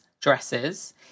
dresses